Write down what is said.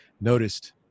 noticed